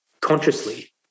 consciously